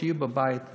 שיהיו בבית.